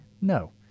No